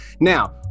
Now